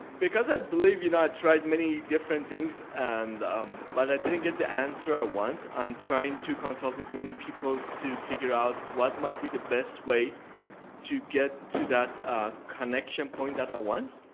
because i believe and you know i tried many different things and um but i didn't get the answer i want. i'm trying to consult with many peoples to figure out what might be the best way to get to that ah connection point that i want.